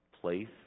place